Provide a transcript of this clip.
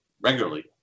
regularly